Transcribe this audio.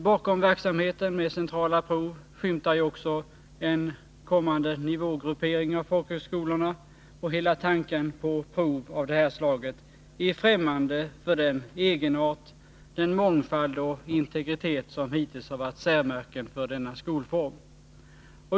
Bakom verksamheten med centrala prov skymtar ju också en kommande nivågruppering av folkhögskolorna, och hela tanken på prov av det här slaget är fftämmande för den egenart, den mångfald och den integritet som hittills har varit särmärken för denna skolform.